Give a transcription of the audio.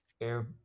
air